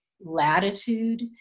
latitude